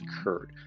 occurred